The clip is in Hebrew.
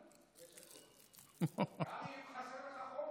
יש הכול.